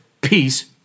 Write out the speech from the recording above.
peace